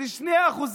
ל-2%,